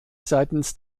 seitens